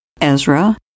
Ezra